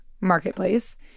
Marketplace